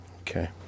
Okay